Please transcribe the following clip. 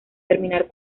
terminar